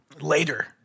later